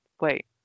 wait